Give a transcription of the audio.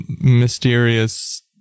mysterious